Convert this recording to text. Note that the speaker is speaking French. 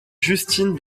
justine